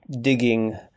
digging